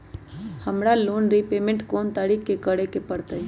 हमरा loan repayment कोन तारीख के करे के परतई?